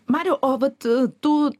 mariau o vat tu